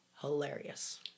hilarious